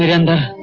and